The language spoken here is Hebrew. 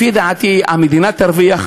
לפי דעתי המדינה תרוויח,